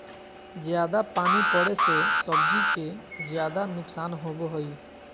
जयादा पानी पड़े से सब्जी के ज्यादा नुकसान होबो हइ